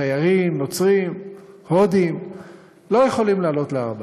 תיירים, נוצרים, הודים לא יכולים לעלות להר הבית.